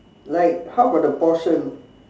like how about the portion